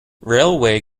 railway